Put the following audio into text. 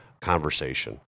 conversation